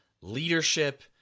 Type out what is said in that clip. leadership